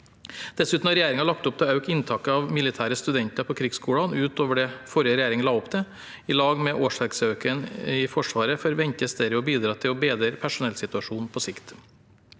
Dessuten har regjeringen lagt opp til å øke inntaket av militære studenter på krigsskolene utover det forrige regjering la opp til. Sammen med årsverksøkningen i Forsvaret forventes dette å bidra til å bedre personellsituasjonen på sikt.